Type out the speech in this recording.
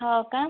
हो का